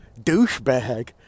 douchebag